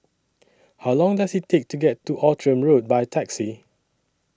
How Long Does IT Take to get to Outram Road By Taxi